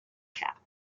cap